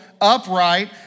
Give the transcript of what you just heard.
upright